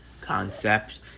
concept